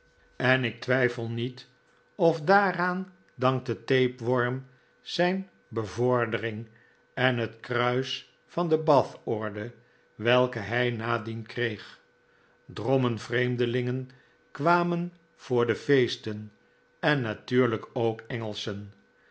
en ik twijfel niet of daaraan dankte tapeworm zijn bevordering en het kruis van de bathorde welke hij nadien kreeg drommen vreemdelingen kwamen voor de feesten en natuurlijk ook engelschen